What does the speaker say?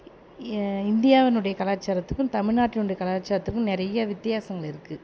ஏ இந்தியாவினுடைய கலாச்சாரத்துக்கும் தமிழ்நாட்டினுடைய கலாச்சாரத்துக்கும் நிறைய வித்தியாசங்கள் இருக்குது